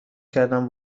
کردم